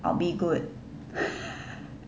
I'll be good